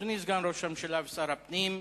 אדוני סגן ראש הממשלה ושר הפנים,